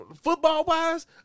football-wise